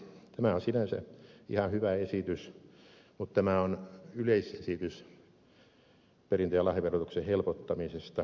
tämä on sinänsä ihan hyvä esitys mutta tämä on yleisesitys perintö ja lahjaverotuksen helpottamisesta